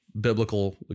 biblical